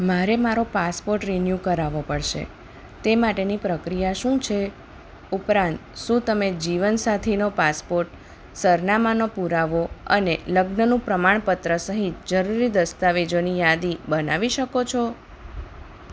મારે મારો passport renew કરાવવો પડશે તે માટેની પ્રક્રિયા શું છે ઉપરાંત શું તમે જીવનસાથીનો પાસપોર્ટ સરનામાનો પુરાવો અને લગ્નનું પ્રમાણપત્ર સહિત જરૂરી દસ્તાવેજોની યાદી બનાવી શકો છો